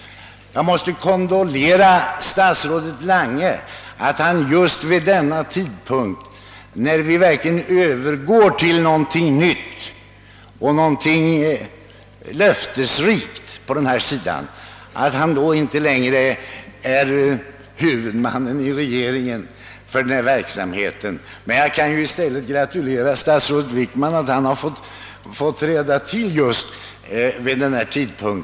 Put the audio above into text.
Jag måste kondolera statsrådet Lange för att han vid denna tidpunkt, när vi verkligen övergår till någonting nytt och löftesrikt på detta område, inte längre är huvudman i regeringen för denna verksamhet. Jag kan i stället gratulera statsrådet Wickman till att han har fått träda till just vid denna tidpunkt.